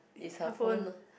is her phone